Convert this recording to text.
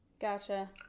gotcha